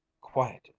quieted